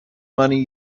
money